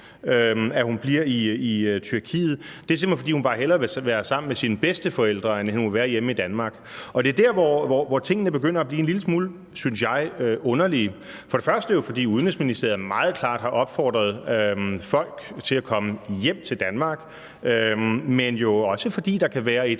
at hun bliver i Tyrkiet. Det er simpelt hen, fordi hun bare hellere vil være sammen med sine bedsteforældre, end hun vil være hjemme i Danmark. Og det er der, hvor tingene begynder at blive en lille smule, synes jeg, underlige. For det første fordi Udenrigsministeriet jo meget klart har opfordret folk til at komme hjem til Danmark, men for det andet jo også fordi der kan være et